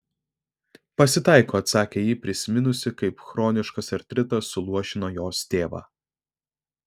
pasitaiko atsakė ji prisiminusi kaip chroniškas artritas suluošino jos tėvą